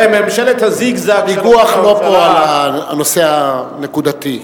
הוויכוח לא על הנושא הנקודתי.